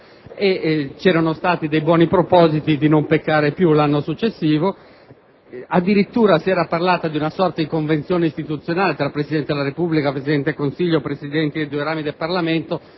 e si erano fatti buoni propositi di non peccare più l'anno successivo: si era addirittura parlato di una sorta di convenzione istituzionale tra il Presidente della Repubblica, il Presidente del Consiglio e i Presidenti dei due rami del Parlamento